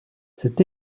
cet